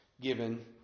given